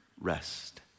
rest